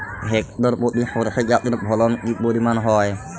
Hectare প্রতি সর্ষে চাষের ফলন কি পরিমাণ হয়?